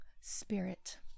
spirit